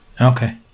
Okay